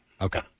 Okay